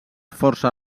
força